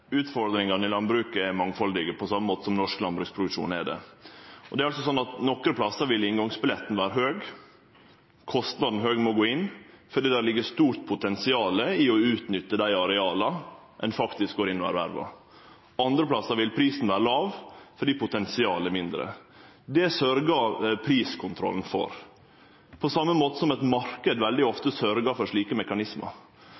Utfordringane i landbruket er mangfaldige, på same måten som norsk landbruksproduksjon er det. Det er sånn at nokre plassar vil prisen på inngangsbilletten vere høg, kostnaden med å gå inn vil vere høg, fordi det ligg stort potensial i å utnytte dei areala ein faktisk går inn og ervervar. Andre plassar vil prisen vere låg fordi potensialet er mindre. Det sørgjer priskontrollen for, på same måten som ein marknad veldig